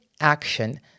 action